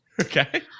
Okay